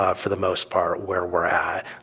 ah for the most part, where we're at.